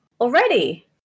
Already